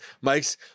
Mike's